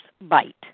bite